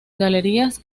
galerías